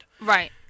right